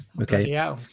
Okay